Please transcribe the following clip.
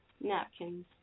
napkins